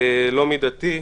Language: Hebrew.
לא מידתי.